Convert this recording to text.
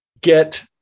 get